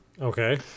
Okay